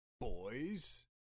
boys